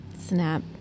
snap